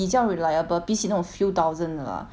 比较 reliable 比起那种 few thousand 的 lah